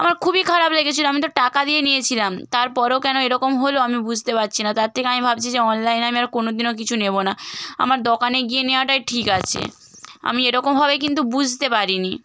আমার খুবই খারাপ লেগেছিল আমি তো টাকা দিয়ে নিয়েছিলাম তারপরেও কেন এরকম হল আমি বুঝতে পারছি না তার থেকে আমি ভাবছি যে অনলাইনে আমি আর কোনো দিনও কিছু নেব না আমার দোকানে গিয়ে নেওয়াটাই ঠিক আছে আমি এরকম হবে কিন্তু বুঝতে পারিনি